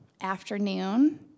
afternoon